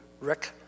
Rick